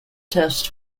test